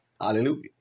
Hallelujah